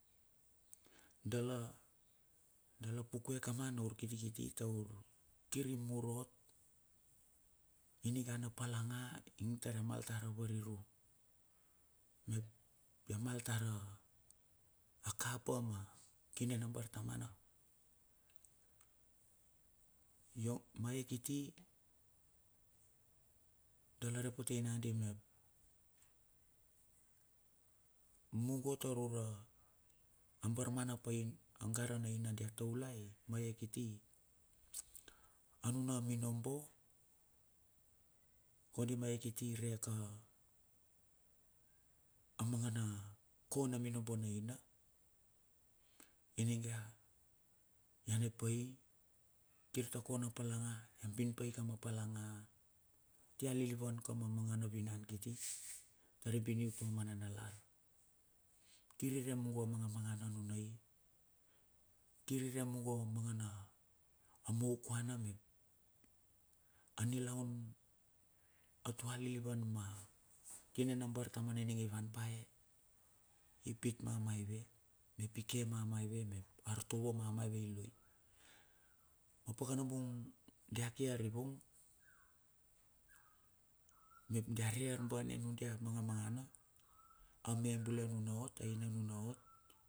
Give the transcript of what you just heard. Dala dala pukue kama na urkiti kiti taur kir a mur ot ininga na palanga ing tar ya mal tar a variru. Mep ya mal tar a kapa ma kine na bar tamana, yo mae kiti dala repotei nagandi mep mungo taur ura a barmanap a gara naina dia toulai maea kiti anuna minobo kondi me ea kiti re ka a manga na ko naminobo na ina ininga. Ya nepa i kirta ko na palanga, ya bin pai ka ma palanga tia lilivan ka ma manga na vinan kiti tari bin tu i tuma ma nanalar kir re mungo a manga mangana mauakuana mep a niloun a tue lilivan. A kine na bar tamana ninge i van pa ye i pit mamaive mep ike ma maive mep artovo maive i loi. Ma pakana bung dia ke arivung, mep dia re arbane nudia manga mangana a me anuna ot, ainu nuna ot.